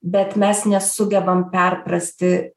bet mes nesugebam perprasti